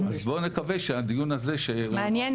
אז בוא נקווה שהדיון הזה ש- -- מעניין,